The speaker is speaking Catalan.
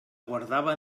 guardava